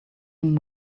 him